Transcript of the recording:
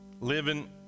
living